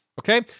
okay